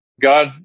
God